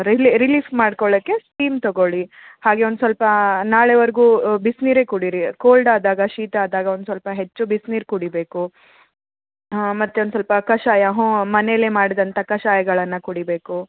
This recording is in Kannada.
ರಿಲೀ ರಿಲೀಫ್ ಮಾಡ್ಕೊಳ್ಳೋಕ್ಕೆ ಸ್ಟಿಮ್ ತಗೊಳ್ಳಿ ಹಾಗೆ ಒಂದು ಸ್ವಲ್ಪ ನಾಳೆವರೆಗೂ ಬಿಸಿನೀರೆ ಕುಡೀರಿ ಕೋಲ್ಡ್ ಆದಾಗ ಶೀತ ಆದಾಗ ಒಂದು ಸ್ವಲ್ಪ ಹೆಚ್ಚು ಬಿಸ್ನೀರು ಕುಡಿಬೇಕು ಮತ್ತೆ ಒಂದು ಸ್ವಲ್ಪ ಕಷಾಯ ಹಾಂ ಮನೇಲೆ ಮಾಡಿದಂಥ ಕಷಾಯಗಳನ್ನು ಕುಡಿಬೇಕು